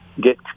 get